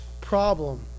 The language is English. problem